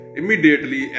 immediately